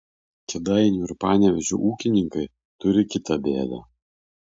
kėdainių ir panevėžio ūkininkai turi kitą bėdą